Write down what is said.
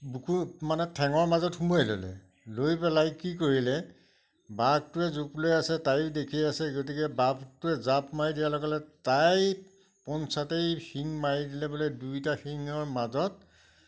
বুকু মানে ঠেঙৰ মাজত সোমোৱাই ল'লে লৈ পেলাই কি কৰিলে বাঘটোৱে জুপ লৈ আছে তাইও দেখি আছে গতিকে বাঘটোৱে জাপ মাৰি দিয়াৰ লগে লগে তাই পোনচাতেই শিং মাৰি দিলে বোলে দুইটা শিঙৰ মাজত